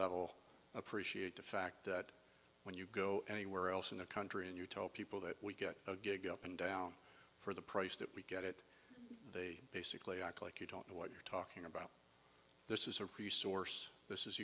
level appreciate the fact that when you go anywhere else in the country and you told people that we can get up and down for the price that we get it basically act like you don't know what you're talking about this is a priest source this is